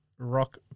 Rock